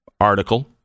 article